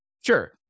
Sure